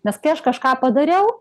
nes kai aš kažką padariau